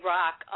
Rock